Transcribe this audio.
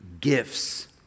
gifts